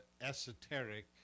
esoteric